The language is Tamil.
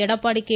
எடப்பாடி கே